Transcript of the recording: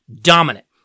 dominant